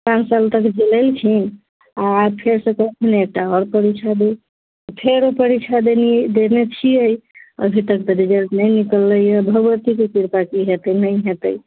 पाँच सालसँ तक झेलै छी आओर फेरसँ कोनो एकटा आओर परीक्षा दी फेर परीक्षा देलिए देने छिए अभी तक तऽ रिजल्ट नहि निकललैए भगवतीके कृपा की हेतै नहि हेतै